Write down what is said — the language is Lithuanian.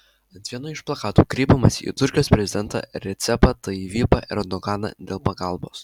ant vieno iš plakatų kreipimasis į turkijos prezidentą recepą tayyipą erdoganą dėl pagalbos